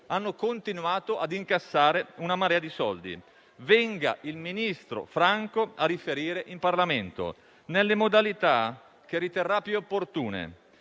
hanno continuato a incassare una marea di soldi. Venga il ministro Franco a riferire in Parlamento nelle modalità che riterrà più opportune.